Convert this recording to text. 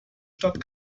stadt